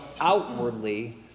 outwardly